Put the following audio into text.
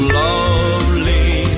lovely